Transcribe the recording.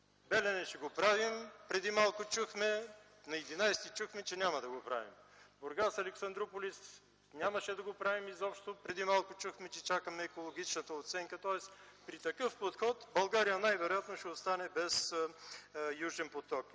„Белене” ще го правим - преди малко чухме, на 11-и чухме, че няма да го правим. „Бургас – Александруполис” нямаше да го правим изобщо, преди малко чухме, че чакаме екологичната оценка (шум и реплики от ГЕРБ), тоест при такъв подход България най-вероятно ще остане без „Южен поток”.